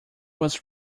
was